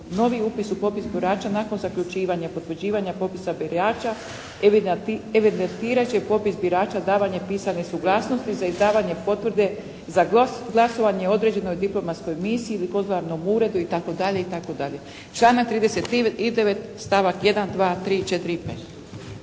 novi upis u popis birača nakon zaključivanja potvrđivanja popisa birača evidentirat će popis birača davanjem pisane suglasnosti za izdavanje potvrde za glasovanje određenoj diplomatskoj misiji ili konzularnom uredu itd., članak 39. stavak 1., 2., 3., 4.